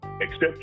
accept